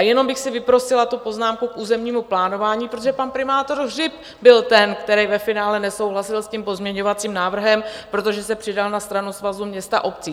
Jenom bych si vyprosila tu poznámku k územnímu plánování, protože pan primátor Hřib byl ten, který ve finále nesouhlasil s tím pozměňovacím návrhem, protože se přidal na stranu Svazu měst a obcí.